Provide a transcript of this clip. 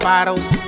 Bottles